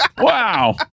Wow